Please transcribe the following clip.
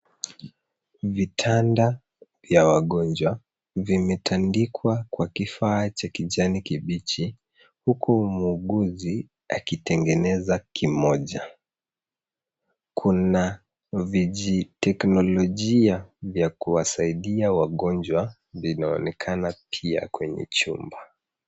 Vitanda vya wagonjwa vimetandikwa kwa kifaa vya kijani kibichi huku muuguzi akitengeneza kimoja. Kuna vijiteknolojia vya kuwasaidia wagonjwa vinaonekana pia kwenye chumba.